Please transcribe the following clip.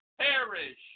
perish